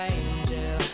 angel